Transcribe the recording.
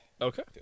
Okay